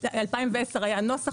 ב-2010 היה הנוסח,